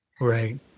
right